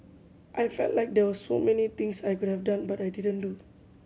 I felt like there were so many things I could have done but I didn't do